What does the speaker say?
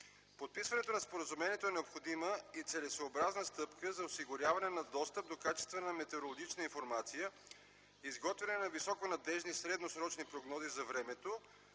Подписването на Споразумението е необходима и целесъобразна стъпка за осигуряване на достъп до качествена метеорологична информация, изготвяне на високо надеждни средносрочни прогнози за времето